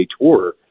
Tour